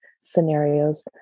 scenarios